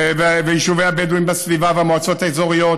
ביישובי הבדואים בסביבה והמועצות האזוריות,